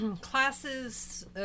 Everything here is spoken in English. Classes